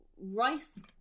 rice